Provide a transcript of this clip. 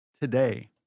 today